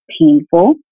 painful